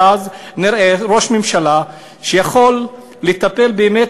ואז נראה ראש ממשלה שיכול לטפל באמת